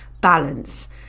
balance